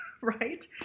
Right